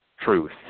truth